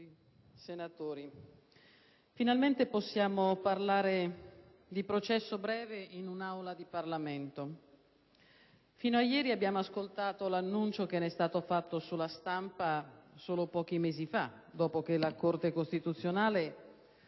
onorevoli senatori, finalmente possiamo parlare di processo breve in un'Aula di Parlamento. Fino a ieri abbiamo ascoltato l'annuncio che ne è stato fatto sulla stampa solo pochi mesi fa, dopo che la Corte costituzionale